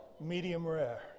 medium-rare